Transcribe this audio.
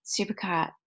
supercar